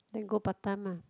then go Batam ah